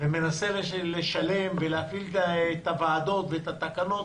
ומנסה לשלם ולהפעיל את הוועדות ואת התקנות.